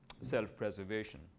self-preservation